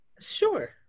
Sure